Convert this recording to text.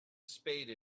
spade